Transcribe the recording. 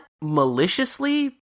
maliciously